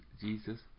Jesus